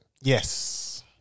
Yes